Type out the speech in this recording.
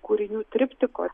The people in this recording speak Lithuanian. kūrinių triptikų